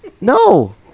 No